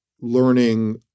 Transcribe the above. learning